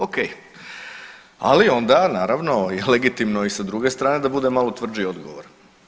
O.k. Ali onda je naravno i legitimno sa druge strane da bude malo tvrđi odgovor.